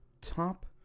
top